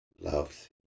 loves